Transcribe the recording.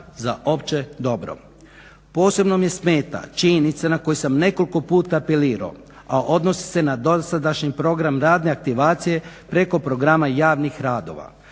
za opće dobro. Posebno mi smeta činjenica na koju sam nekoliko puta apelirao, a odnosi se na dosadašnji program radne aktivacije preko programa javnih radova.